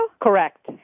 Correct